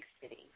city